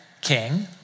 king